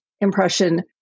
impression